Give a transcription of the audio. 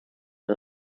von